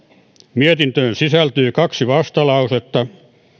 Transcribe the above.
mietintöön sisältyy kaksi vastalausetta